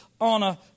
honor